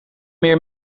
meer